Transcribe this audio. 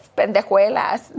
pendejuelas